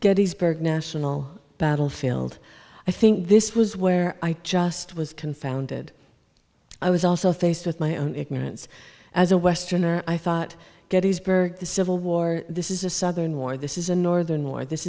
gettysburg national battlefield i think this was where i just was confounded i was also faced with my own ignorance as a westerner i thought gettysburg the civil war this is a southern war this is a northern war this